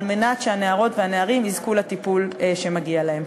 כדי שהנערות והנערים יזכו לטיפול שמגיע להם.